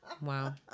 Wow